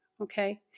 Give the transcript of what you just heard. okay